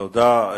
תודה.